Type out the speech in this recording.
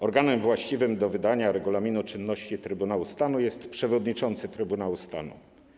Organem właściwym do wydania regulaminu czynności Trybunału Stanu jest przewodniczący Trybunału Stanu.